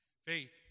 Faith